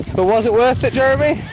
but was it worth it, jeremy?